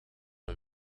een